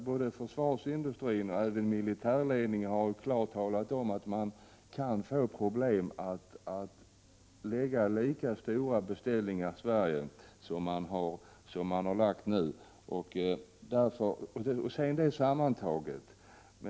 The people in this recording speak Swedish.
Både försvarsindustrin och militärledningen har klart talat om att man kan få problem med att lägga ut lika stora beställningar i Sverige som man nu har lagt ut utomlands.